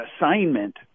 assignment